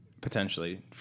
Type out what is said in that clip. potentially